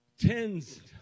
tens